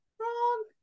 Wrong